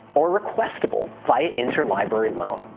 or requestable via inter-library loan.